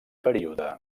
període